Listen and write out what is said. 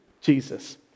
Jesus